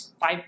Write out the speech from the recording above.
five